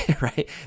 right